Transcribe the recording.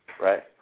right